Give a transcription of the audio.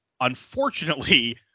unfortunately